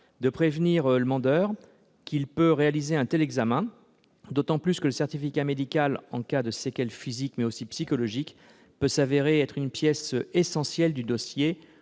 -de prévenir le demandeur qu'il peut réaliser un tel examen, d'autant plus que le certificat médical, en cas de séquelles physiques, mais aussi psychologiques, peut se révéler être une pièce essentielle du dossier,